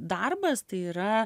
darbas tai yra